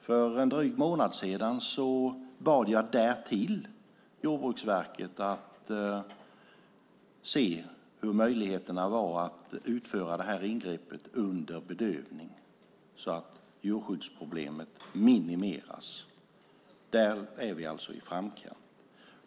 För en dryg månad sedan bad jag därtill Jordbruksverket att se hur möjligheterna var att utföra det här ingreppet under bedövning så att djurskyddsproblemet minimeras. Där är vi alltså i framkant.